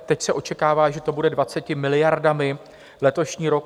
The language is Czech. Teď se očekává, že to bude 20 miliardami, letošní rok.